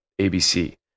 ABC